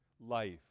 Life